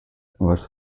was